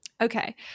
Okay